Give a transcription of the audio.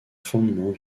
fondements